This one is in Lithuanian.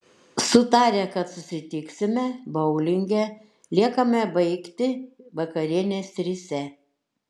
sutarę kad susitiksime boulinge liekame baigti vakarienės trise